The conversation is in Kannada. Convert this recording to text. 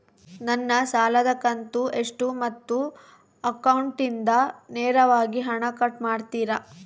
ನನ್ನ ಸಾಲದ ಕಂತು ಎಷ್ಟು ಮತ್ತು ಅಕೌಂಟಿಂದ ನೇರವಾಗಿ ಹಣ ಕಟ್ ಮಾಡ್ತಿರಾ?